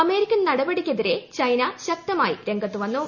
American നടപടിക്ക് എതിരെ China ശക്തമായി രംഗത്തുവന്നു